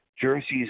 Jersey's